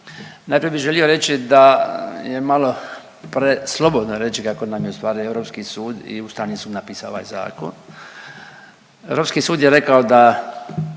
Najprije bih želio reći da je malo preslobodno reći kako nam je ustvari Europski sud i Ustavni sud napisao ovaj zakon. Europski sud je rekao da